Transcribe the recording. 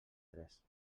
tres